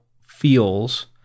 feels